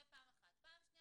דבר שני,